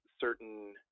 certain